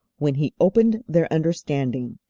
when he opened their understanding,